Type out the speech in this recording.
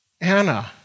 Anna